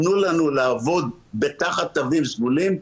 תנו לנו לעבוד תחת תווים סגולים,